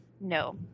No